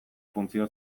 funtzio